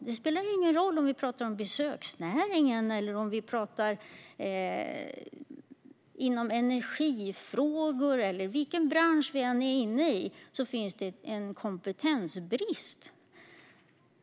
Det spelar ingen roll om vi talar om besöksnäringen eller energifrågor. I vilken bransch det än gäller finns det en kompetensbrist.